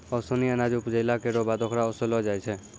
ओसौनी अनाज उपजाइला केरो बाद ओकरा ओसैलो जाय छै